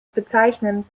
bezeichnend